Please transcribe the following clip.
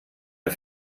der